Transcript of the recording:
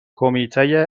کمیته